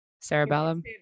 cerebellum